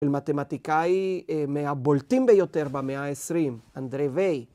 ולמתמטיקאי מהבולטים ביותר במאה העשרים, אנדרי וי.